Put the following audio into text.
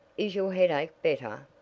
is your headache better?